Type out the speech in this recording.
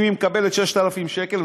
אם היא מקבלת 6,000 שקל,